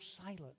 silent